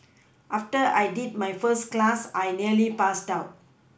after I did my first class I nearly passed out